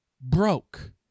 Broke